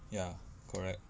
ya correct